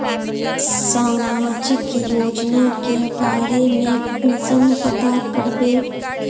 सामाजिक योजना के बारे में कुंसम पता करबे?